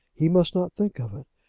he must not think of it.